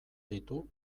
ditu